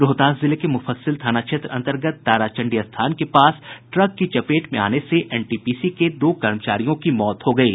रोहतास जिले के मुफस्सिल थाना क्षेत्र अंतर्गत ताराचंडी स्थान के पास ट्रक की चपेट में आने से एनटीपीसी के दो कर्मचारियों की मौत हो गयी